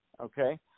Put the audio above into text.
Okay